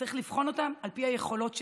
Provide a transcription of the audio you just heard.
צריך לבחון אותן על פי היכולות שלהן.